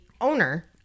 owner